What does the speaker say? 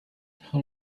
how